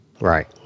Right